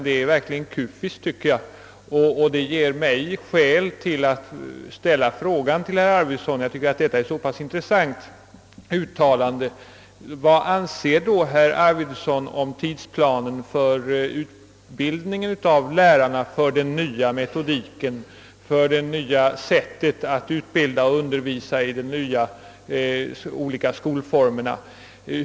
Det är verkligen kufiskt, tycker jag, och det är enligt min mening ett så intressant uttalande att det ger mig anledning att ställa följande fråga till herr Arvidson: Vad anser då herr Arvidson om tidsplanen för utbildningen av lärarna för den nya metodiken, för det nya sättet att utbilda och undervisa i de olika nya skolformerna?